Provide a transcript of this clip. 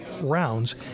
rounds